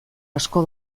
asko